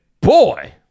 boy